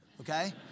okay